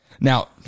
Now